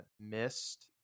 missed